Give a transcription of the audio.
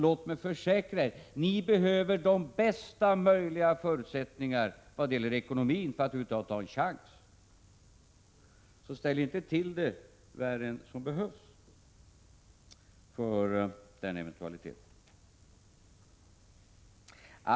Låt mig försäkra er: Ni behöver bästa möjliga förutsättningar vad gäller ekonomin för att över huvud taget ha en chans — om ni skulle vinna valet. Ställ alltså inte till det värre än nödvändigt!